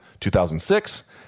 2006